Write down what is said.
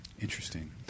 Interesting